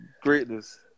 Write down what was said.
Greatness